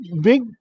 big